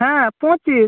হ্যাঁ পঁচিশ